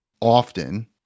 often